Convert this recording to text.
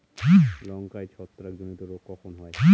লঙ্কায় ছত্রাক জনিত রোগ কখন হয়?